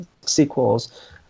sequels